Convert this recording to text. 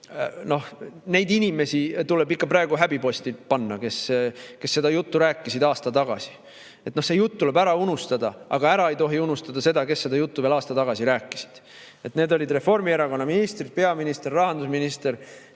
oli. Neid inimesi tuleb ikka praegu häbiposti panna, kes seda juttu rääkisid aasta tagasi. See jutt tuleb ära unustada! Aga ära ei tohi unustada seda, kes seda juttu veel aasta tagasi rääkisid. Need olid Reformierakonna ministrid – peaminister, rahandusminister